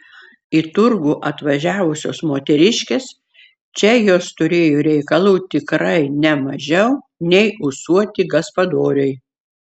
į turgų atvažiavusios moteriškės čia jos turėjo reikalų tikrai ne mažiau nei ūsuoti gaspadoriai